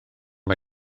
mae